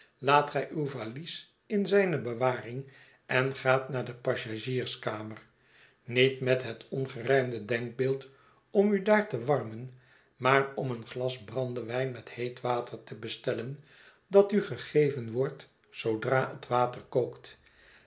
laat gij uw valies in zijne bewaring en gaat naar de passagierskamer niet met het ongerijmde denkbeeld om u daar te warmen maar om een glas brandewijn met heet water te bestellen dat u gegeven wordt zoodra het water kookt